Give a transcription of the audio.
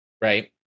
Right